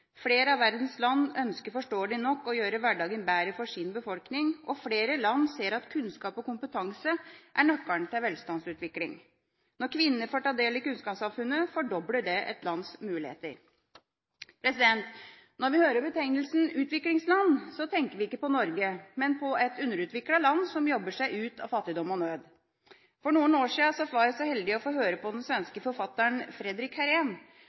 Flere av verdens land ønsker forståelig nok å gjøre hverdagen bedre for sin befolkning, og flere land ser at kunnskap og kompetanse er nøkkelen til velstandsutvikling. Når kvinnene får ta del i kunnskapssamfunnet, fordobler det et lands muligheter. Når vi hører betegnelsen utviklingsland, tenker vi ikke på Norge, men på et underutviklet land som jobber seg ut av fattigdom og nød. For noen år siden var jeg så heldig å få høre på den svenske forfatteren Fredrik